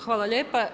Hvala lijepa.